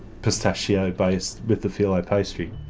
pistachio-based with the filo pastry.